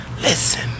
listen